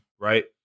right